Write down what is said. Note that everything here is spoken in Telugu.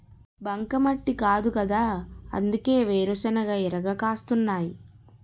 బంకమట్టి కాదుకదా అందుకే వేరుశెనగ ఇరగ కాస్తున్నాయ్